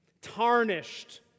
tarnished